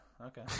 Okay